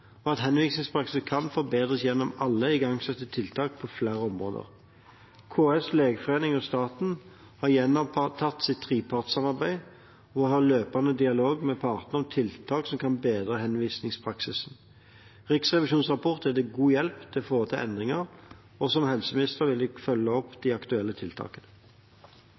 og at henvisningspraksis kan forbedres gjennom alle igangsatte tiltak på flere områder. KS, Legeforeningen og staten har gjenopptatt sitt trepartssamarbeid og har løpende dialog med partene om tiltak som kan bedre henvisningspraksis. Riksrevisjonens rapport er til god hjelp for å foreta endringer, og som helseminister vil jeg følge opp de aktuelle tiltakene.